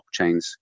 blockchains